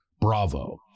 Bravo